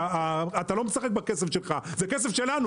אתה לא משחק בכסף שלך זה הכסף שלנו.